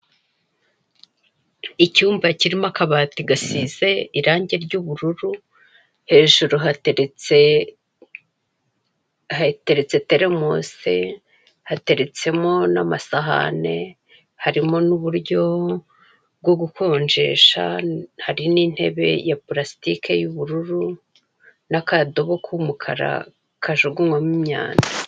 Icyumba kirimo akabati gasize irange ry'ubururu, hejuru hateretse teremusi, hateretsemo n'amasahane, harimo n'uburyo bwo gukonjesha, hari n'intebe ya pulasitike y'ubururu n'akadobo k'umukara kajugunywamo imyanda.